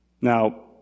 Now